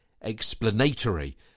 explanatory